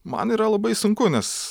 man yra labai sunku nes